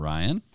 Ryan